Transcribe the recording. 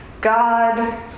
God